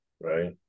right